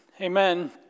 amen